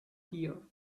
here